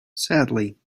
sadly